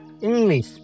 English